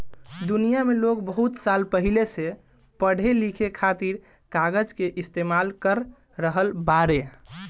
दुनिया में लोग बहुत साल पहिले से पढ़े लिखे खातिर कागज के इस्तेमाल कर रहल बाड़े